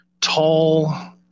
tall